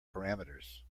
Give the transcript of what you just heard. parameters